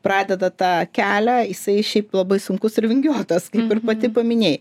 pradeda tą kelią jisai šiaip labai sunkus ir vingiuotas kaip ir pati paminėjai